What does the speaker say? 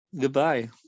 Goodbye